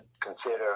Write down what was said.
consider